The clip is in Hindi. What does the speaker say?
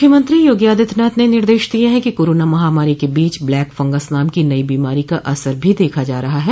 मुख्यमंत्री योगी आदित्यनाथ ने निर्देश दिये हैं कि कोरोना महामारी के बीच ब्लैक फंगस नाम की नई बीमारी का असर भी देखा जा रहा है